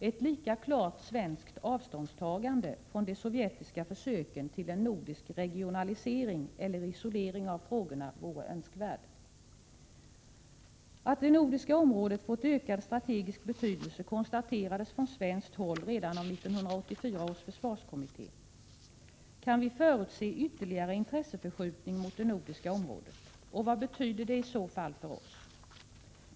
Ett lika klart svenskt avståndstagande från de sovjetiska försöken till nordisk regionalisering eller isolering av frågorna vore önskvärt. Att det nordiska området fått ökad strategisk betydelse konstaterades från svenskt håll redan av 1984 års försvarskommitté. Kan vi förutse ytterligare intresseförskjutning mot det nordiska området? Och vad betyder det i så fall för oss?